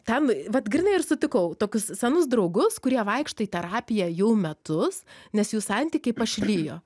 tam vat grynai ir sutikau tokius senus draugus kurie vaikšto į terapiją jau metus nes jų santykiai pašlijo